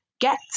get